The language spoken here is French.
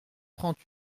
trente